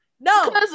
no